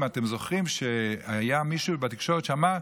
אם אתם זוכרים, היה מישהו בתקשורת שאמר: